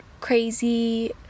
crazy